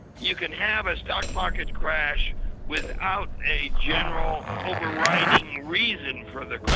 you can have a stock market crash without a general over-riding reason for the